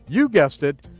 you guessed it,